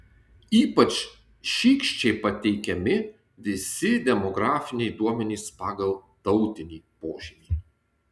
ypač šykščiai pateikiami visi demografiniai duomenys pagal tautinį požymį